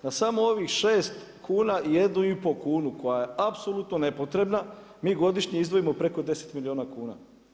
Na samo ovih 6 kuna i 1 i pol kunu koja je apsolutno nepotrebna mi godišnje izdvojimo preko 10 milijuna kuna.